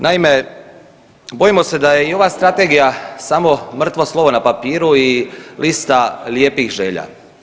Naime, bojimo se da je i ova strategija samo mrtvo slovo na papiru i lista lijepih želja.